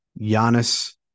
Giannis